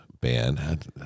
band